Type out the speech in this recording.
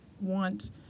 want